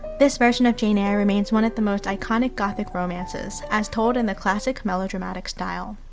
this version of jane eyre remains one of the most iconic gothic romances as told in the classic melodramatic style.